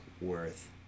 worth